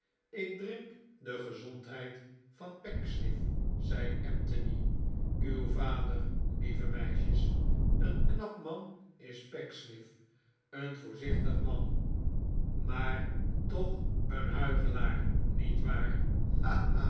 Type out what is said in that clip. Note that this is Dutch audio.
ik drink de gezondheid van pecksniff zei anthony uw vader lieve meisjes een knap man is pecksniff een voorzichtig man maar toch een huichelaar niet waar